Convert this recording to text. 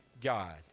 God